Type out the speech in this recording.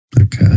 okay